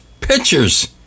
pictures